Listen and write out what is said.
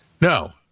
No